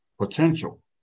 potential